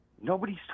nobody's